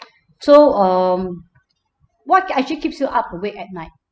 so um what actually keeps you up awake at night